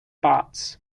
parts